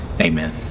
Amen